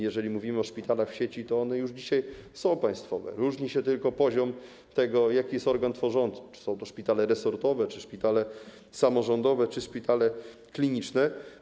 Jeżeli mówimy o szpitalach w sieci, to one już dzisiaj są państwowe, różnią się tylko czynnikiem, jaki stanowi organ tworzący: czy są to szpitale resortowe, czy szpitale samorządowe, czy szpitale kliniczne.